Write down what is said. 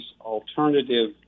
alternative